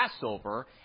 Passover